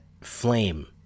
flame